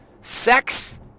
sex